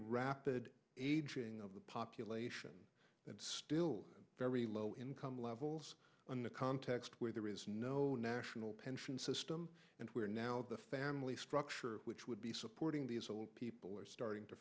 rapid aging of the population and still very low income levels in the context where there is no national pension system and where now the family structure which would be supporting these old people are starting to